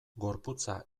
gorputza